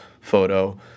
photo